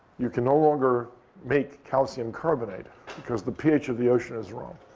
you can no longer make calcium carbonate because the ph of the ocean is wrong.